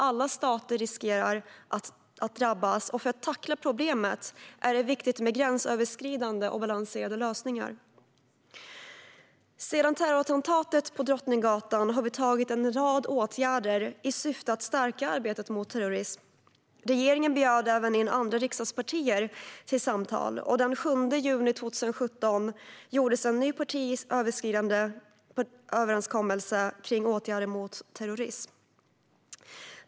Alla stater riskerar att drabbas, och för att tackla problemet är det viktigt med gränsöverskridande och balanserade lösningar. Sedan terrorattentatet på Drottninggatan har vi vidtagit en rad åtgärder i syfte att stärka arbetet mot terrorism. Regeringen bjöd även in andra riksdagspartier till samtal, och den 7 juni 2017 träffades en ny, partiöverskridande överenskommelse kring åtgärder mot terrorism.